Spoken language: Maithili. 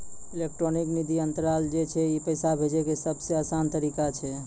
इलेक्ट्रानिक निधि अन्तरन जे छै ई पैसा भेजै के सभ से असान तरिका छै